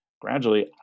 Gradually